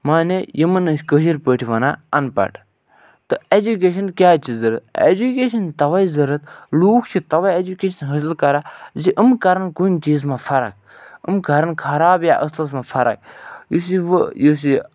مانے یِمَن أسۍ کٲشِر پٲٹھۍ وَنان اَنپَڑھ تہٕ ایٚجوٗکیشَن کیٛازِ چھِ ضروٗرت ایٚجوٗکیشَن تَوَے ضروٗرت لوٗکھ چھِ تَوَے ایٚجوٗکیشَن حٲصِل کَران زِ یِم کَرَن کُنہِ چیٖز منٛز فَرَق یِم کَرَن خراب یا اَصٕلَس منٛز فَرَق یُس یہِ وۅنۍ یُس یہِ